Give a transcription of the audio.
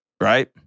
Right